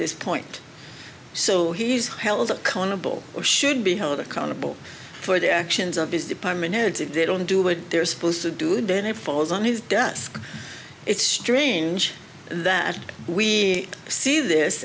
this point so he's held accountable or should be held accountable for the actions of his department heads if they don't do what they're supposed to do then it falls on his desk it's strange that we see this